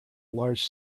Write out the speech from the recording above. large